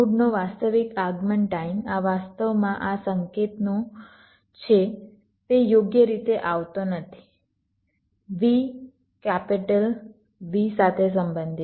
નોડનો વાસ્તવિક આગમન ટાઈમ આ વાસ્તવમાં આ સંકેતનો છે તે યોગ્ય રીતે આવતો નથી v કેપિટલ V સાથે સંબંધિત છે